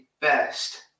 best